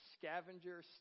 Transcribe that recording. scavenger